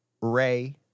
Ray